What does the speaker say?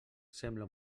sembla